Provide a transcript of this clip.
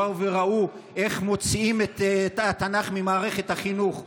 שבאו וראו איך מוציאים את התנ"ך ממערכת החינוך,